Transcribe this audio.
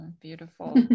Beautiful